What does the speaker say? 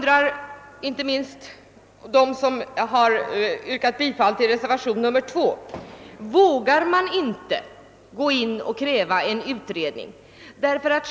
Jag skulle vilja fråga inte minst dem som har yrkat bifall till reservationen 2: Vågar man inte kräva en utredning?